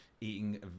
eating